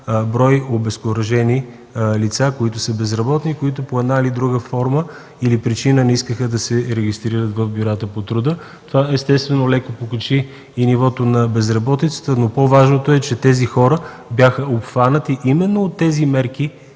брой обезкуражени лица, които са безработни и които по една или друга причина не искаха да се регистрират в бюрата по труда. Това естествено леко покачи и нивото на безработицата, но по-важното е, че тези хора бяха обхванати именно от тези мерки